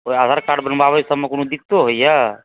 ओहि आधार कार्ड बनबाबै सबमे कोनो दिक्कतो होइया